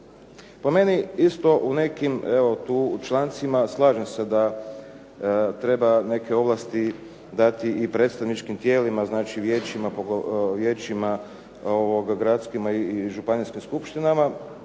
Po meni isto u nekim evo tu u člancima slažem se da treba neke ovlasti dati i predstavničkim tijelima, znači vijećima gradskima i županijskim skupštinama.